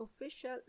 official